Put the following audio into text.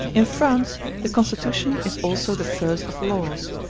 in france the constitution is also the first of laws,